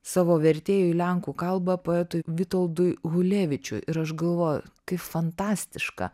savo vertėjui į lenkų kalbą poetui vitoldui ulevičiui ir aš galvoju kaip fantastiška